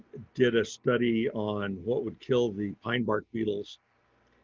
did a study on what would kill the pine bark beetles.